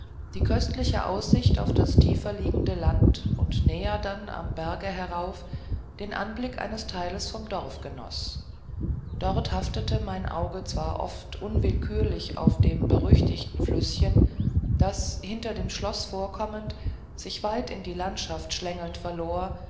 die köstliche aussicht auf das tiefliegende land und näher dann am berg herauf den anblick eines teils vom dorf genoß dort haftete mein auge zwar oft unwillkürlich auf dem berüchtigten flüßchen das hinter dem schloß vorkommend sich weit in die landschaft schlängelnd verlor